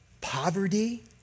poverty